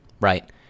Right